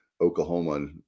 Oklahoma